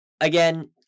again